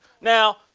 Now